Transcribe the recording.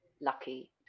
lucky